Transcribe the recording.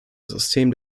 system